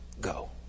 Go